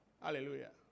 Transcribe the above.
Hallelujah